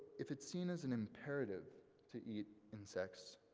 if it's seen as an imperative to eat insects.